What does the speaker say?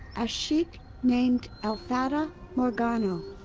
a sheik named el fata morgano.